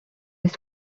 his